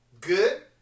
Good